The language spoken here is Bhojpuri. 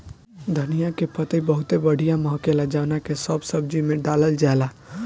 धनिया के पतइ बहुते बढ़िया महके ला जवना के सब सब्जी में डालल जाला